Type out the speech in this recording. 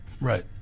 Right